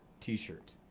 T-shirt